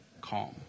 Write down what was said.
calm